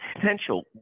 potential